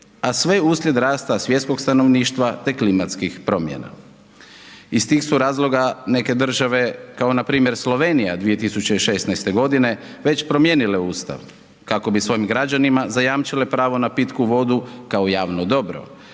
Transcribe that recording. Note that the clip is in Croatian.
a sve uslijed rasta svjetskog stanovništva te klimatskih promjena. Iz tih su razloga neke države kao npr. Slovenija 2016. godine već promijenile ustav kako bi svojim građanima zajamčile pravo na pitku vodu kao javno dobro